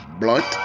Blunt